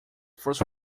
first